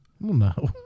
No